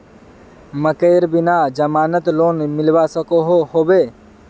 मकईर बिना जमानत लोन मिलवा सकोहो होबे?